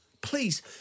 please